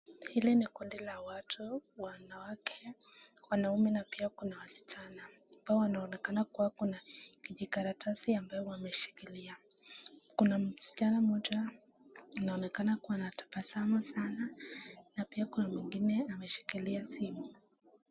Hili ni kundi la watu wanawake, wanaume na pia kuna wasichana. Hawa wanaonekana kuwa na kijikaratasi ambayo wameshikilia. Kuna msichana mmoja anaonekana kuwa anatabasamu sana na pia kuna wengine wameshikilia simu.